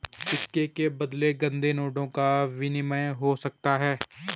सिक्के के बदले गंदे नोटों का विनिमय हो सकता है